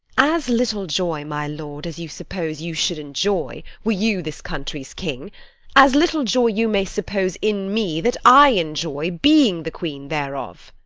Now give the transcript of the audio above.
as little joy, my lord, as you suppose you should enjoy, were you this country's king as little joy you may suppose in me, that i enjoy, being the queen thereof.